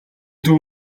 төв